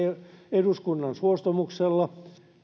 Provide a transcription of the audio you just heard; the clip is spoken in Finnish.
eduskunnan suostumuksella